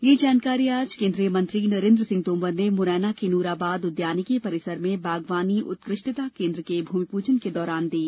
यह जानकारी आज केन्द्रीय मंत्री नरेन्द्र सिंह तौमर ने मुरैना के नूराबाद उद्यानिकी परिसर में बागवानी उत्कृष्टता केंद्र के भूमिपूजन के दौरान दी